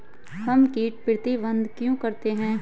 हम कीट प्रबंधन क्यों करते हैं?